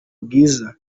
bwiza